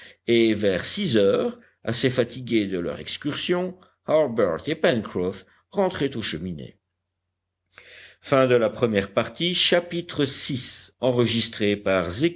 et vers six heures assez fatigués de leur excursion harbert et pencroff rentraient aux cheminées chapitre vii